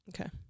Okay